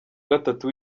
gatatu